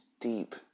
deep